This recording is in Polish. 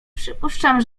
przypuszczam